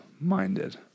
minded